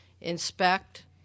inspect